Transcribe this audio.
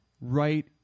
right